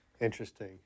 Interesting